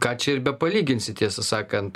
ką čia ir bepalyginsi tiesą sakant